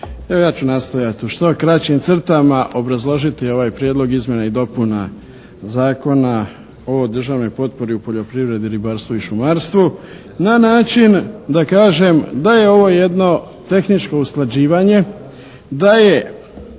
Evo ja ću nastojati u što kraćim crtama obrazložiti ovaj prijedlog izmjena i dopuna Zakona o državnoj potpori u poljoprivredi, ribarstvu i šumarstvu na način da kažem da je ovo jedno tehničko usklađivanje, da je